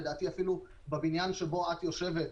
לדעתי אפילו בבניין שבו את יושבת,